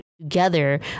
together